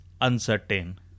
uncertain